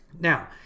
Now